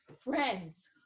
Friends